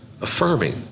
affirming